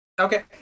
Okay